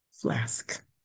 flask